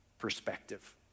perspective